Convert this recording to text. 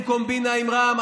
עם קומבינה עם רע"מ,